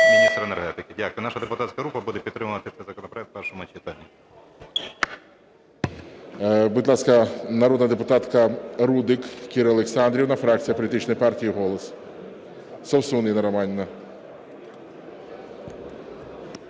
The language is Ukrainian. міністра енергетики. Дякую. Наша депутатська група буде підтримувати цей законопроект в першому читанні. ГОЛОВУЮЧИЙ. Будь ласка, народна депутатка Рудик Кіра Олександрівна, фракція політичної партії "Голос". Совсун Інна Романівна.